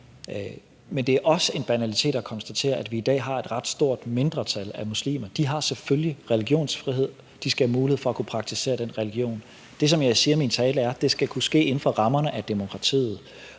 Men det er også en banalitet at konstatere, at vi i dag har et ret stort mindretal af muslimer. De har selvfølgelig religionsfrihed, og de skal have mulighed for at praktisere den religion. Det, jeg siger i min tale, er, at det skal kunne ske inden for rammerne af demokratiet.